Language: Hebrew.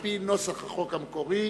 על-פי נוסח החוק המקורי,